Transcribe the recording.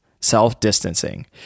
self-distancing